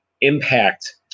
impact